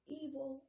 evil